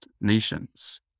nations